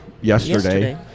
yesterday